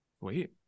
wait